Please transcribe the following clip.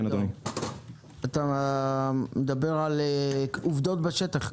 אתה מדבר על עובדות בשטח,